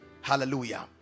Hallelujah